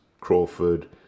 Crawford